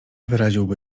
wyraziłby